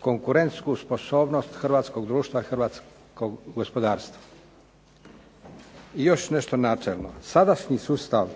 konkurentsku sposobnost hrvatskog društva, hrvatskog gospodarstva. Još nešto načelno. Sadašnji sustav